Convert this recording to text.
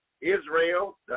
Israel